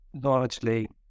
largely